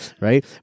right